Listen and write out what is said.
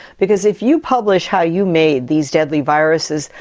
because if you publish how you made these deadly viruses,